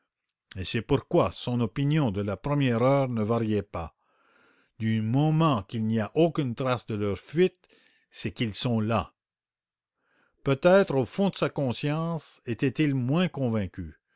et c'est pourquoi son opinion de la première heure ne variait pas du moment qu'il n'y a aucune trace de leur fuite c'est qu'ils sont là peut-être au fond de sa conscience était-il moins convaincu